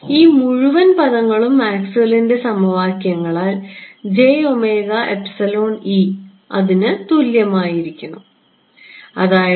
ഈ മുഴുവൻ പദങ്ങളും മാക്സ്വെല്ലിന്റെ സമവാക്യങ്ങളാൽ അതിന് തുല്യമായിരിക്കണം ആയിരിക്കണം അതായത്